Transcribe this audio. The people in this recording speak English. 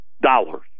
dollars